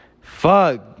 fuck